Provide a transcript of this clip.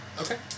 Okay